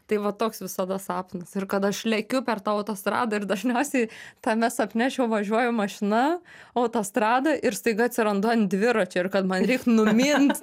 tai va toks visada sapnas ir kad aš lekiu per tą autostradą ir dažniausiai tame sapne aš jau važiuoju mašina autostrada ir staiga atsirandu ant dviračio ir kad man reik numint